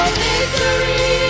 victory